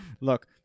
Look